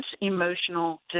emotional